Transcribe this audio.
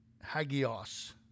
Hagios